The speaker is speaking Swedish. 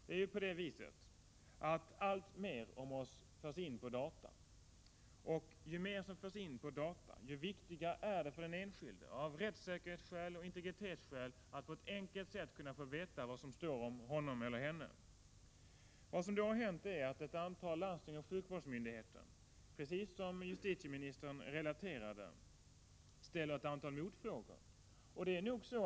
Det är ju på det viset, att alltmer om oss förs in på data. Ju mer som registreras på data, desto viktigare är det att den enskilde — av rättssäkerhetsskäl och av integritetsskäl — på ett enkelt sätt kan få veta vad som registrerats om honom eller henne. Det som har hänt är att ett antal landsting och sjukvårdsmyndigheter, precis som justitieministern relaterade, ställer motfrågor i samband med att de får förfrågningar.